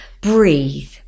breathe